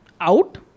out